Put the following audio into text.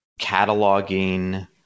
cataloging